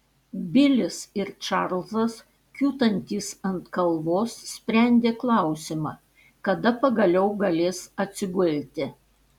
bilis ir čarlzas kiūtantys ant kalvos sprendė klausimą kada pagaliau galės atsigulti